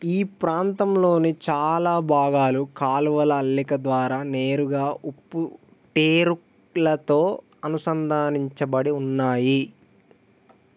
ఈ ప్రాంతంలోని చాలా భాగాలు కాలువల అల్లిక ద్వారా నేరుగా ఉప్పు టేరులతో అనుసంధానించబడి ఉన్నాయి